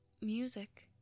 music